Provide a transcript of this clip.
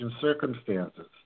circumstances